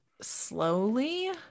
slowly